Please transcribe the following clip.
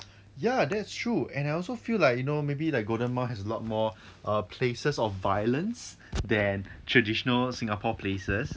ya that's true and I also feel like you know maybe like golden mile has a lot more err places of violence than traditional singapore places